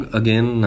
again